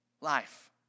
life